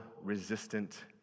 resistant